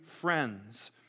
friends